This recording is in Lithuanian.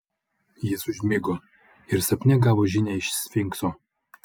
jis užmigo ir sapne gavo žinią iš sfinkso